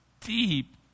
deep